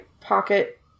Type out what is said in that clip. pocket